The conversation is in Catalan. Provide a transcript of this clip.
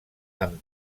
amb